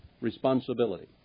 responsibility